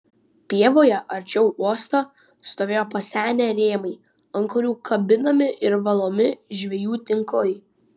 pievoje arčiau uosto stovėjo pasenę rėmai ant kurių kabinami ir valomi žvejų tinklai